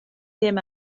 ddim